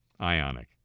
ionic